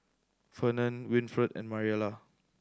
Fernand Winfred and Mariela